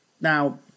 Now